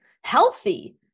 healthy